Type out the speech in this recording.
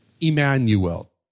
Emmanuel